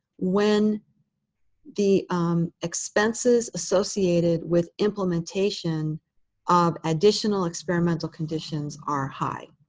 when the expenses associated with implementation of additional experimental conditions are high.